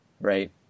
Right